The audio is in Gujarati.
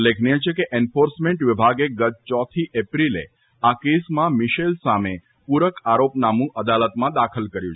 ઉલ્લેખનીય છે કે એન્ફોર્સમેન્ટ વિભાગે ગત ચોથી એપ્રિલે આ કેસમાં મીશેલ સામે પુરક આરોપનામુ અદાલતમાં દાખલ કર્યું છે